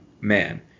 man